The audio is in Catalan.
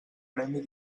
premi